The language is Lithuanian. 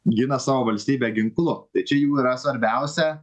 gina savo valstybę ginklu tai čia jų yra svarbiausia